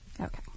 Okay